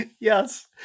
Yes